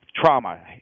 trauma